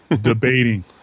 debating